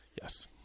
Yes